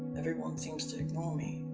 everyone seems to ignore me.